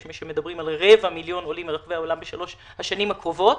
יש מי שמדברים על רבע מיליון עולים מרחבי העולם בשלוש השנים הקרובות.